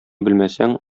белмәсәң